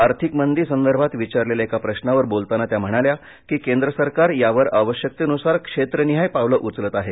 आर्थिक मंदी संदर्भात विचारलेल्या एका प्रशावर बोलताना त्या म्हणाल्या की केंद्र सरकार यावर आवश्यकतेनुसार क्षेत्रनिहाय पावलं उचलत आहे